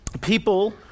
people